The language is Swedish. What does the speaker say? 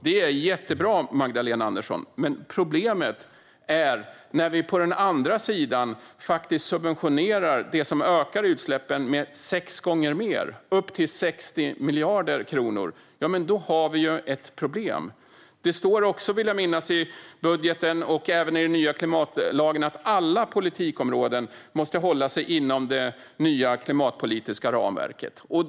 Det är jättebra, Magdalena Andersson, men problemet är att vi på den andra sidan faktiskt subventionerar det som ökar utsläppen med sex gånger mer - upp till 60 miljarder kronor. Då har vi ju ett problem. Det står också i budgeten, vill jag minnas - och även i den nya klimatlagen - att alla politikområden måste hålla sig inom det nya klimatpolitiska ramverket.